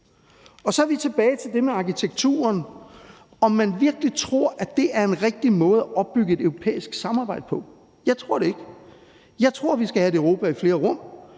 Og så er vi tilbage til det med arkitekturen, og om man virkelig tror, at det er en rigtig måde at opbygge et europæisk samarbejde på. Jeg tror det ikke. Jeg tror, vi skal have et Europa i flere rum,